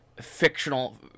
fictional